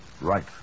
Right